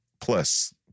Plus